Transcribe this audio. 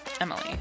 Emily